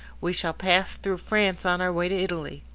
we shall pass through france on our way to italy.